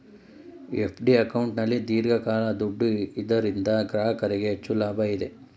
FD ಅಕೌಂಟಲ್ಲಿ ದೀರ್ಘಕಾಲ ದುಡ್ಡು ಇದರಿಂದ ಗ್ರಾಹಕರಿಗೆ ಹೆಚ್ಚು ಲಾಭ ಇದೆ